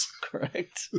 Correct